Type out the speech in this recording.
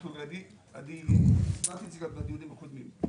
אני אמרתי את זה גם בדיונים הקודמים.